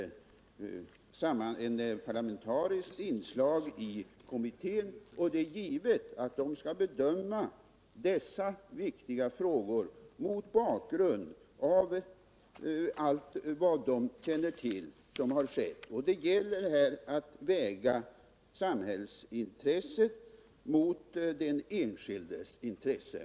Kommittén är parlamentariskt sammansatt, och det är givet att de som skall bedöma dessa viktiga frågor mot bakgrund av sin kännedom om vad som skett måste väga samhällsintresset mot den enskildes intresse.